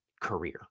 career